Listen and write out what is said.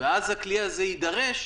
ואז הכלי הזה יידרש,